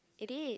it is